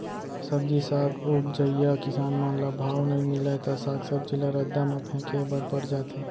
सब्जी साग उपजइया किसान मन ल भाव नइ मिलय त साग सब्जी ल रद्दा म फेंके बर पर जाथे